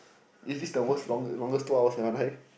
is this the worse long longest two hours of your life